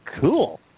Cool